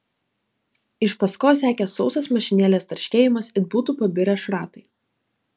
iš paskos sekė sausas mašinėlės tarškėjimas it būtų pabirę šratai